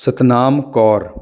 Satnam Kaur